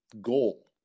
goal